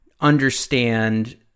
understand